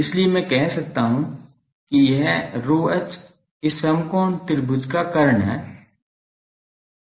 इसलिए मैं कह सकता हूं कि यह ρh इस समकोण त्रिभुज का कर्ण है